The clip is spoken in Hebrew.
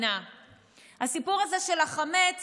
הסיפור הזה של החמץ